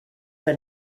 que